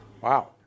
Wow